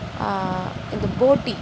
இந்த போட்டி